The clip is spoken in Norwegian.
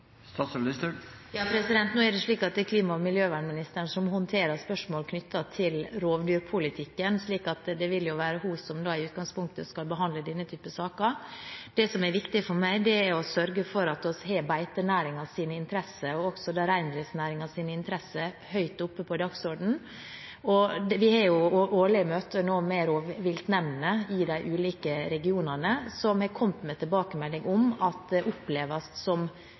Nå er det slik at det er klima- og miljøministeren som håndterer spørsmål knyttet til rovdyrpolitikken, så det vil jo være hun som i utgangspunktet skal behandle denne typen saker. Det som er viktig for meg, er å sørge for at vi har beitenæringens og også reindriftsnæringens interesser høyt oppe på dagsordenen. Vi har årlige møter med rovviltnemndene i de ulike regionene, og de har kommet med tilbakemeldinger om at det oppleves som